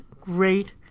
great